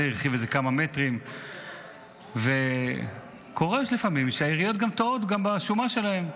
זה הרחיב כמה מטרים וקורה שלפעמים העיריות גם טועות בשומה שלהן.